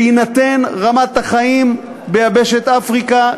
בהינתן רמת החיים ביבשת אפריקה,